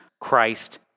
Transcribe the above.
Christ